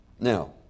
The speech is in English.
Now